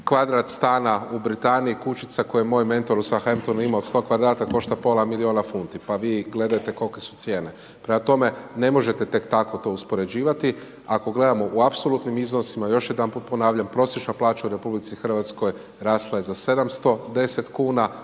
Kvadrat stana u Britaniji, kućica koju je moj mentor u …/nerazumljivo/… imao od 100 kvadrata košta pola miliona funti, pa vi gledajte kolike su cijene. Prema tome ne možete tek tako to uspoređivati, ako gledamo u apsolutnim iznosima još jedanput ponavljam prosječna plaća u RH rasla je za 710 kuna,